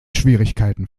schwierigkeiten